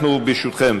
אנחנו, ברשותכם,